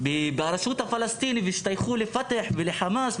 ברשות הפלסטינית והשתייכו לפתח ולחמאס.